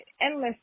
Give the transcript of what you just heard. endless